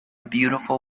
beautiful